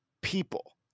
people